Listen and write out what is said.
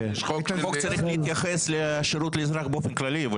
החוק צריך להתייחס לשירות לאזרח באופן כללי.